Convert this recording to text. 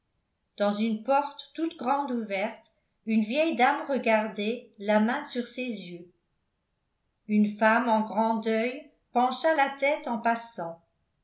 dans une porte toute grande ouverte une vieille dame regardait la main sur ses yeux une femme en grand deuil pencha la tête en passant